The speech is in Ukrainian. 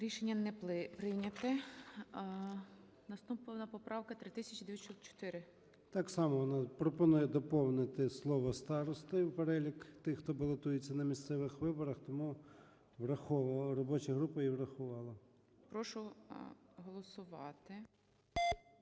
Рішення не прийнято. Наступна поправка - 3904. ЧЕРНЕНКО О.М. Так само, вона пропонує доповнити слово "старости" в перелік тих, хто балотується на місцевих виборах. Тому врахована, робоча група її врахувала. ГОЛОВУЮЧИЙ. Прошу голосувати.